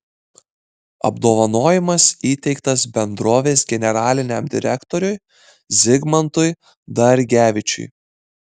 apdovanojimas įteiktas bendrovės generaliniam direktoriui zigmantui dargevičiui